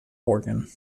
morgan